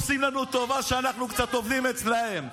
עושים לנו טובה שאנחנו קצת עובדים אצלם.